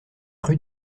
rue